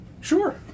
Sure